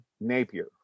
Napier